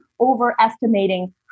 overestimating